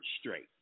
straight